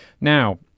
Now